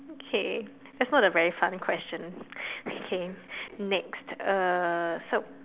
okay that's not a very fun question okay next uh so